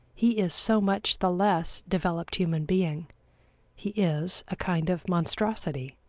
he is so much the less developed human being he is a kind of monstrosity.